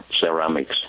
ceramics